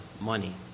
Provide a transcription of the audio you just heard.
money